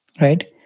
right